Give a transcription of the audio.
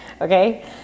okay